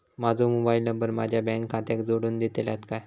माजो mobile number माझ्या bank खात्याक जोडून दितल्यात काय?